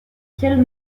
quelle